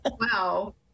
Wow